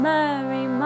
Mary